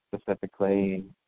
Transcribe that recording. specifically